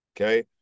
okay